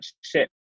ship